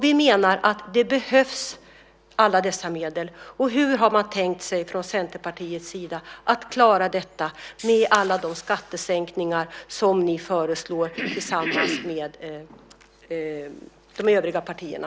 Vi menar att alla dessa medel behövs. Hur har Centerpartiet tänkt sig att klara detta med alla de skattesänkningar som ni föreslår tillsammans med de övriga partierna?